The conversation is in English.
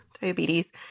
diabetes